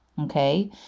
Okay